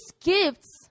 gifts